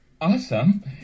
awesome